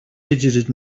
fidgeted